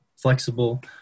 flexible